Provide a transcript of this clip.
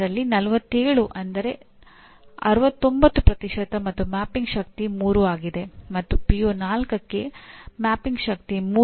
ಎಷ್ಟು ವಿದ್ಯಾರ್ಥಿಗಳು ಎಷ್ಟು ಅಧ್ಯಾಪಕರು ಇದ್ದಾರೆ ಯಾವಾಗ ಕಾರ್ಯಕ್ರಮ ಪ್ರಾರಂಭವಾಯಿತು ಮತ್ತು ಹೀಗೆ ಹಲವಾರು ಮಾಹಿತಿಗಳು ಇವೆ